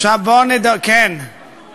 עכשיו, בואו נדבר, מה?